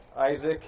Isaac